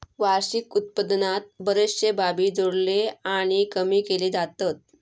वार्षिक उत्पन्नात बरेचशे बाबी जोडले आणि कमी केले जातत